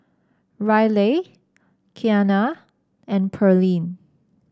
Ryleigh Kiana and Pearline